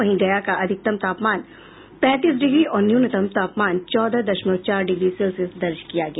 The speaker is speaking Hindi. वहीं गया का अधिकतम तापमान पैंतीस डिग्री और न्यूनतम तापमान चौदह दशमलव चार डिग्री सेल्सियस दर्ज किया गया